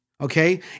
okay